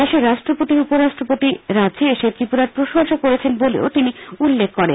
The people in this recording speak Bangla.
দেশের রাষ্ট্রপতি উপরাষ্ট্রপতি রাজ্যে এসে ত্রিপুরার প্রশংসা করেছেন বলেও তিনি উল্লেখ করেন